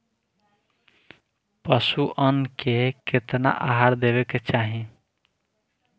पशुअन के केतना आहार देवे के चाही?